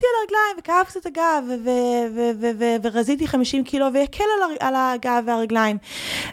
ורזיתי על הרגליים, וכאב קצת הגב, ורזיתי 50 קילו, וקל על הגב והרגליים.